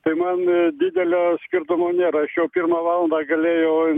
tai man didelio skirtumo nėra aš jau pirmą valandą galėjau